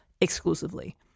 exclusively